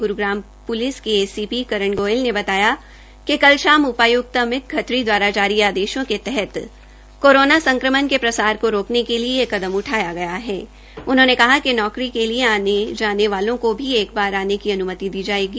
Gurugram police के A C P Karan Goyal ने बताया कि कल शाम अमित खत्री दवारा थारी आदेशों के तहत कोरोना संक्रमण के प्रसार को रोकने के लिए यह कदम उठाया गया है उन्होंने कहा कि नौकरी के लिए आने भाने वालों को भी एक बार आने की अनुमति दी ायेगी